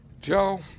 Joe